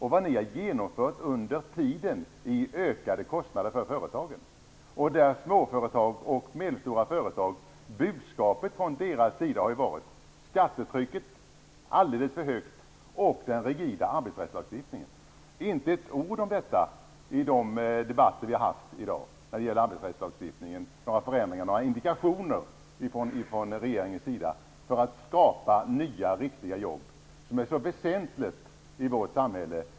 Ni har under tiden genomfört förslag som medfört ökade kostnader för företagen. Budskapet från småföretag och medelstora företag har varit: Skattetrycket är alldeles för högt, och arbetsrättslagstiftningen är alltför regid. Det har inte sagts ett ord om detta i de debatter som vi har haft i dag om arbetsrättslagstiftningen. Det har inte kommit några indikationer från regeringens sida om förändringar för att skapa nya, riktiga jobb. Det är något så väsentligt i vårt samhälle.